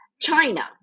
China